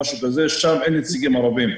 שם אין נציגים ערבים.